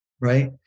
right